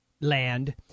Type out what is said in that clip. land